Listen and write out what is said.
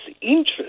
interest